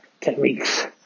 techniques